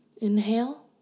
Inhale